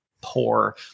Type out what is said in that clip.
Poor